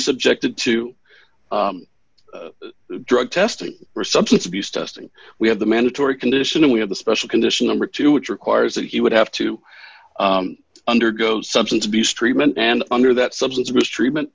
subjected to drug testing or substance abuse testing we have the mandatory condition we have the special condition number two which requires that he would have to undergo substance abuse treatment and under that substance mistreatment